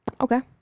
Okay